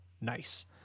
Nice